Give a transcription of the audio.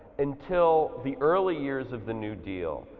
until the early years of the new deal,